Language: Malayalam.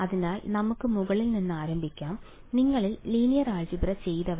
അതിനാൽ നമുക്ക് മുകളിൽ നിന്ന് ആരംഭിക്കാം നിങ്ങളിൽ ലീനിയർ ആൾജിബ്ര ചെയ്തവർ